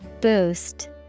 Boost